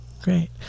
Great